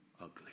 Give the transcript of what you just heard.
ugly